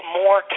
more